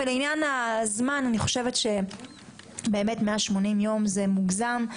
ולעניין הזמן, אני חושבת ש-180 יום זה מוגזם.